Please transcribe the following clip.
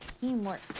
teamwork